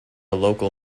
local